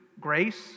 grace